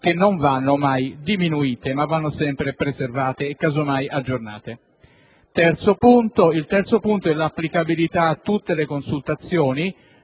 che non vanno mai diminuite, ma vanno sempre preservate e, caso mai, aggiornate. Il terzo punto è rappresentato dall'applicabilità a tutte le consultazioni.